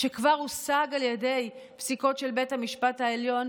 שכבר הושג על ידי פסיקות של בית המשפט העליון,